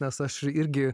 nes aš irgi